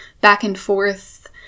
back-and-forth